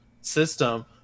system